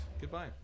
goodbye